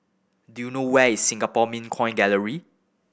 do you know where is Singapore Mint Coin Gallery